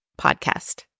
podcast